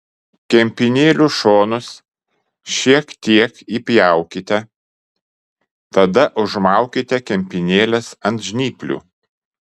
kempinėlių šonus šiek tiek įpjaukite tada užmaukite kempinėles ant žnyplių